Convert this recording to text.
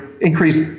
increase